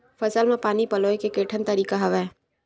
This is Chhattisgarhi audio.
फसल म पानी पलोय के केठन तरीका हवय?